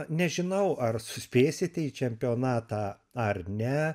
nežinau ar suspėsite į čempionatą ar ne